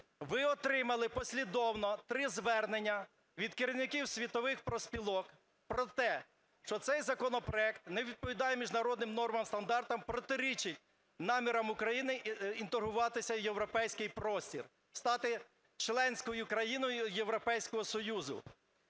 Ви отримали послідовно три звернення від керівників світових профспілок про те, що цей законопроект не відповідає міжнародним нормам, стандартам, протирічить намірам України інтегруватися в європейський простір, стати членською країною Європейського Союзу.